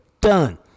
Done